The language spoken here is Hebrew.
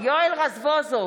יואל רזבוזוב,